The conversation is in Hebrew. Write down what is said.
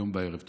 היום בערב.